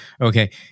Okay